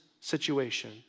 situation